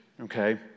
Okay